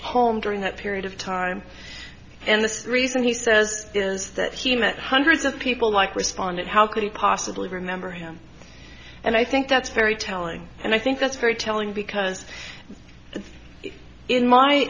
home during that period of time and the reason he says is that he met hundreds of people like responded how could he possibly remember him and i think that's very telling and i think that's very telling because in my